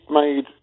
made